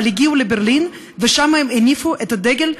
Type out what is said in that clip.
אבל הגיעו לברלין ושם הם הניפו את הדגל,